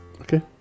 Okay